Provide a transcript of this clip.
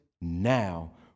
now